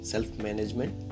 Self-Management